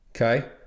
okay